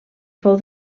fou